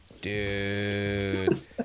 dude